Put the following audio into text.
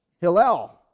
Hillel